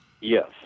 Yes